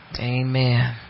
Amen